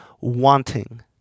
wanting